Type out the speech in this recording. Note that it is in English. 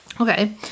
Okay